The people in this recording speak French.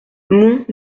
mont